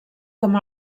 com